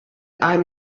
einem